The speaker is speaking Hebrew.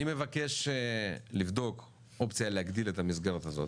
מבקש לבדוק אופציה להגדיל את המסגרת הזאת,